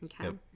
okay